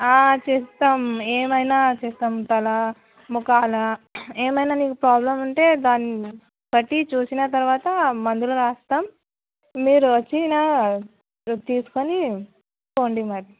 చేస్తాం ఏమైన చేస్తాం తల ముఖం ఏమైన మీకు ప్రాబ్లమ్ ఉంటే దాన్నిబట్టి చూసిన తర్వాత మందులు రాస్తాం మీరు వచ్చి తీసుకుని పోండి మరి